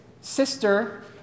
sister